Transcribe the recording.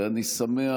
ואני שמח,